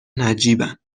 نجیبن